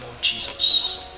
Jesus